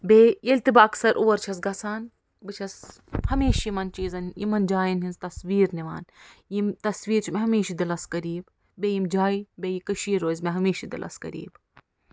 بیٚیہِ ییٚلہِ تہِ بہٕ اکثَر اور چھَس گژھان بہٕ چھَسہمیشہ یِمَن چیٖزَن یِمَن جایَن ۂنٛز تصوریٖر نِوان یِم تصوریٖر چھِ مےٚ ہمیشہ دِلَس قریٖب بیٚیہِ یِم جایہِ بیٚیہِ کٔشیٖر روزِ مےٚ ہمیشہ دِلَس قریٖب